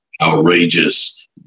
outrageous